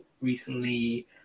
recently